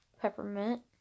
peppermint